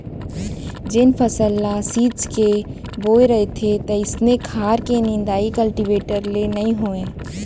जेन फसल ल छीच के बोए रथें तइसना खार के निंदाइ कल्टीवेटर ले नइ होवय